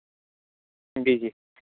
جی جی